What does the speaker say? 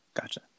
Gotcha